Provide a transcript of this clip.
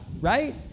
Right